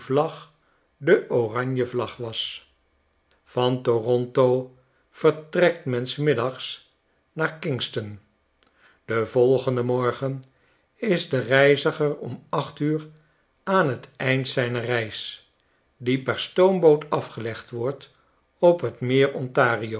vlag de oranje vlag was van toronto vertrekt men s middags naar kingston den volgenden morgen is de reiziger om acht uur aan s t eind zijner reis die per stoomboot afgelegd wordt op t meer ontario